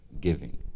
giving